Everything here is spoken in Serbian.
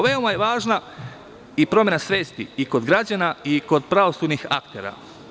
Veoma je važna promena svesti i kod građana i kod pravosudnih aktera.